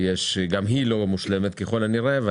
לא מושלמת ככל הנראה.